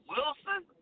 Wilson